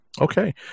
Okay